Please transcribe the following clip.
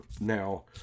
Now